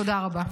תודה רבה.